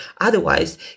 Otherwise